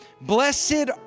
Blessed